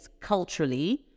culturally